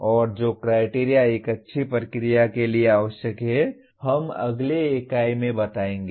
और जो क्राइटेरिया एक अच्छी प्रक्रिया के लिए आवश्यक हैं हम अगली इकाई में बताएंगे